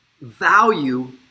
value